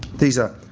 these are